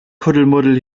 kuddelmuddel